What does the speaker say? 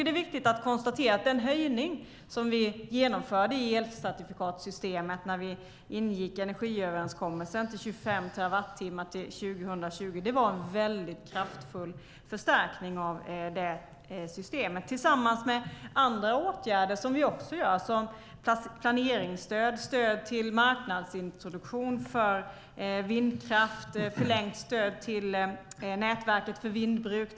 Den höjning till 25 terawattimmar till 2020 som vi genomförde i elcertifikatssystemet när vi ingick energiöverenskommelsen var en kraftfull förstärkning av systemet. Andra åtgärder är planeringsstöd, stöd till marknadsintroduktion för vindkraft och förlängt stöd till Nätverket för vindbruk.